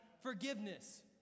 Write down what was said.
forgiveness